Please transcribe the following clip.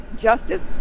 justice